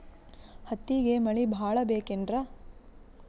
ಹತ್ತಿಗೆ ಮಳಿ ಭಾಳ ಬೇಕೆನ್ರ?